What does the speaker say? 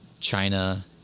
China